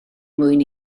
mwyn